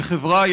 כחברה,